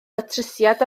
datrysiad